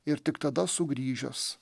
ir tik tada sugrįžęs